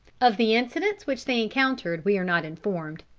of the incidents which they encountered, we are not informed.